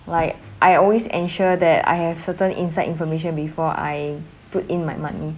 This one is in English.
like I always ensure that I have certain inside information before I put in my money